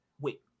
Wait